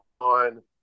on